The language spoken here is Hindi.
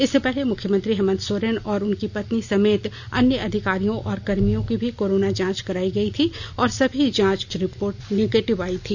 इससे पहले मुख्यमंत्री हेमंत सोरेन और उनकी पत्नी समेत अन्य अधिकारियों और कर्मियों की भी कोरोना जांच करायी गयी थी और सभी जांच रिपोर्ट निगेटिव आयी थी